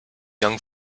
young